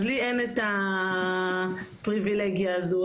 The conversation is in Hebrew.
אז לי אין את הפריבילגיה הזו,